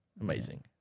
amazing